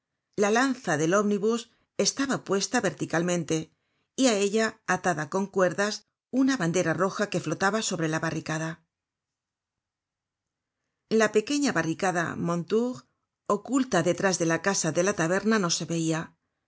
la lanza del omnibus estaba puesta verticalmente y á ella atada con cuerdas una bandera roja que flotaba sobre la barricada la pequeña barricada mondetour oculta detrás de la casa de la taberna no se veia